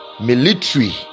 military